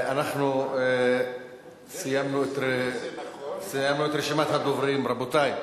אנחנו סיימנו את רשימת הדוברים, רבותי.